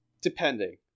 depending